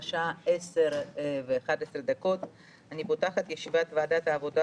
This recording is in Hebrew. השעה 10:11. אני פותחת את ישיבת ועדת העבודה,